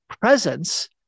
presence